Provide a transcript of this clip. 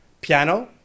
Piano